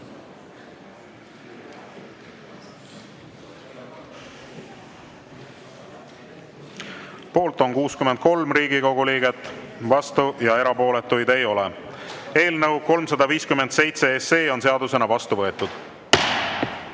Poolt on 63 Riigikogu liiget, vastuolijaid ega erapooletuid ei ole. Eelnõu 357 on seadusena vastu võetud.